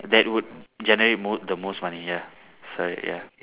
that would generate most the most money ya sorry ya